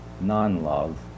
non-love